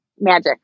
magic